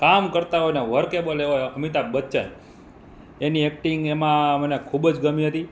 કામ કરતાં હોય ને વર્કેબલ એવા અમિતાભ બચ્ચન એની એક્ટિંગ એમાં મને ખૂબ જ ગમી હતી